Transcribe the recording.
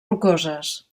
rocoses